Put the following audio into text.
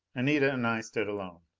anita and i stood alone.